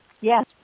Yes